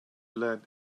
let